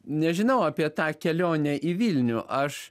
nežinau apie tą kelionę į vilnių aš